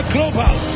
Global